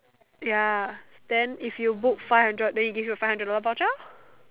ya then if you book five hundred then they give you a five hundred dollar voucher lor